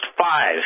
Five